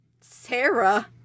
Sarah